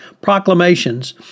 proclamations